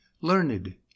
learned